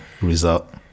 result